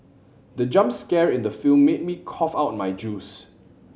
the jump scare in the film made me cough out my juice